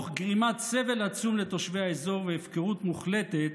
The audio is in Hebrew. ואפשרו אותן תוך גרימת סבל עצום לתושבי האזור והפקרות מוחלטת